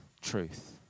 truth